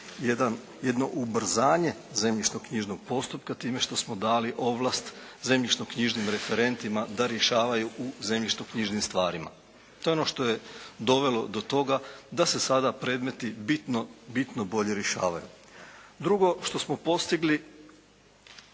jedno ubrzanje zemljišno-knjižnog postupka, time što smo dali ovlast zemljišno-knjižnim referentima da rješavaju u zemljišno-knjižnim stvarima. To je ono što je dovelo do toga da se sada predmeti bitno, bitno bolje rješavaju. Drugo što smo postigli